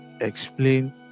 explain